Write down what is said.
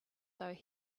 though